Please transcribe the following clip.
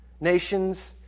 nations